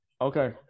Okay